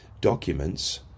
documents